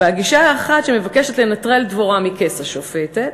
והגישה האחת מבקשת לנטרל את דבורה מכס השופטת